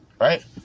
right